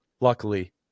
Luckily